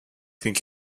klingt